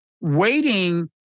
waiting